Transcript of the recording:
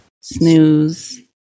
snooze